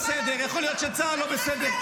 אתה מפחד מהאמת ולא מסוגל להכיר בה.